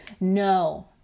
No